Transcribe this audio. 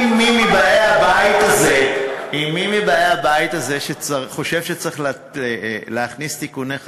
אם מי מבאי הבית הזה חושב שצריך להכניס תיקוני חקיקה,